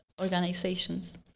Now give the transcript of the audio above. organizations